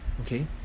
Okay